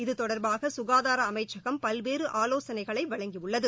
இதுதொடர்பாகசுகாதாரஅமைச்சகம் பல்வேறுஆலோசனைகளைவழங்கியுள்ளது